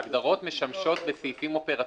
ההגדרות משמשות לסעיפים אופרטיביים.